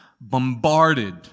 bombarded